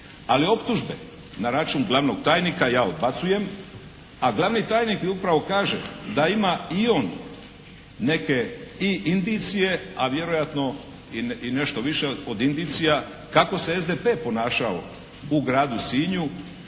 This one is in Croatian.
Ali optužbe na račun glavnog tajnika ja odbacujem, a glavni tajnik mi upravo kaže da ima i on neke i indicije, a vjerojatno i nešto više od indicija kako se SDP ponašao u gradu Sinju,